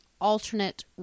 alternate